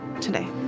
today